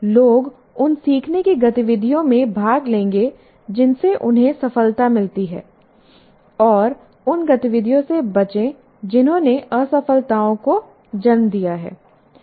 लोग उन सीखने की गतिविधियों में भाग लेंगे जिनसे उन्हें सफलता मिली है और उन गतिविधियों से बचें जिन्होंने असफलताओं को जन्म दिया है